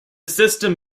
system